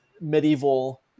medieval